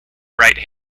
right